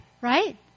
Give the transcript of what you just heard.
right